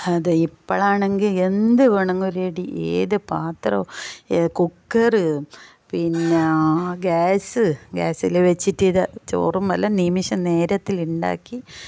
അത് ഇപ്പോഴാണെങ്കിൽ എന്ത് വേണമെങ്കിലും റെഡി ഏത് പാത്രം കുക്കർ പിന്നെ ഗ്യാസ് ഗ്യാസിൽ വെച്ചിട്ട് ഇതാ ചോറും എല്ലാ നിമിഷ നേരത്തിൽ ഉണ്ടാക്കി